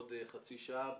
בעוד חצי שעה,